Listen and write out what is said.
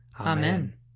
Amen